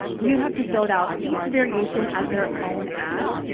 we would have to build out each variation as their own ad.